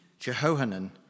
Jehohanan